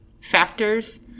factors